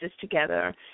together